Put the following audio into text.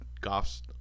Goff's